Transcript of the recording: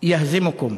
להלן תרגומם: